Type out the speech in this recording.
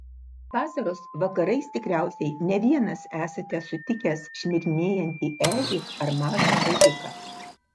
vasaros vakarais tikriausiai ne vienas esate sutikęs šmirinėjantį ežį ar mažą ežiuką